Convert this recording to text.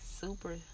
super